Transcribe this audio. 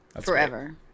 Forever